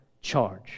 charge